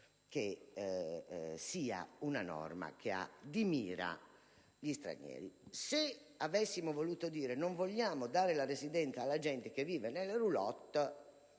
che tale norma abbia di mira gli stranieri. Se avessimo voluto stabilire che non vogliamo dare la residenza alla gente che vive nelle *roulotte*,